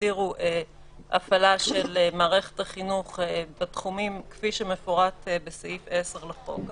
יסדירו הפעלה של מערכת החינוך בתחומים כפי שמפורט בסעיף 10 לחוק.